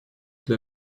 для